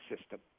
system